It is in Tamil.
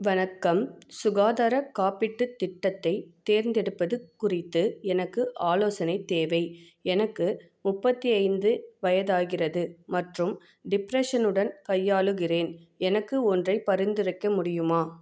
வணக்கம் சுகாதாரக் காப்பீட்டுத் திட்டத்தைத் தேர்ந்தெடுப்பது குறித்து எனக்கு ஆலோசனை தேவை எனக்கு முப்பத்தி ஐந்து வயதாகிறது மற்றும் டிப்ரஷனுடன் கையாளுகிறேன் எனக்கு ஒன்றை பரிந்துரைக்க முடியுமா